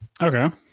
okay